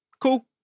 Cool